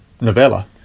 novella